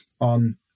on